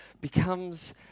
becomes